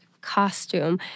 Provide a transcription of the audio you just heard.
costume